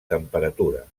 temperatura